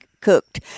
cooked